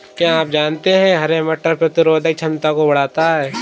क्या आप जानते है हरे मटर प्रतिरोधक क्षमता को बढ़ाता है?